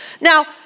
Now